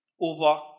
Over